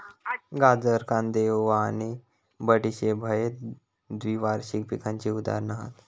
गाजर, कांदे, ओवा आणि बडीशेप हयते द्विवार्षिक पिकांची उदाहरणा हत